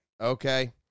Okay